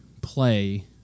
play